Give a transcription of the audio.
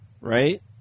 right